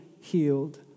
healed